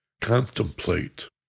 contemplate